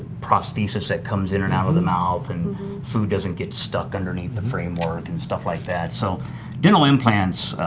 prosthesis that comes in and out of the mouth and food doesn't get stuck underneath the framework and stuff like that, so dental implants,